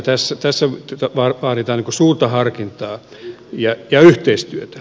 tässä vaaditaan suurta harkintaa ja yhteistyötä